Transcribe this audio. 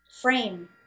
frame